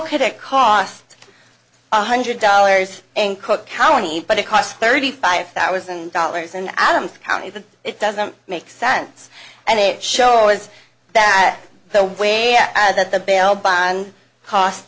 could it cost a hundred dollars in cook county but it cost thirty five thousand dollars in adams county that it doesn't make sense and it shows that the way that the bail bond cost